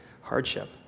hardship